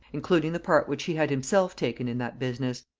including the part which he had himself taken in that business.